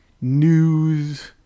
news